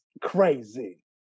crazy